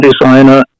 designer